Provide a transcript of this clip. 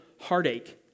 heartache